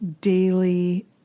daily